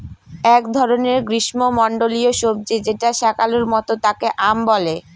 এক ধরনের গ্রীস্মমন্ডলীয় সবজি যেটা শাকালুর মত তাকে য়াম বলে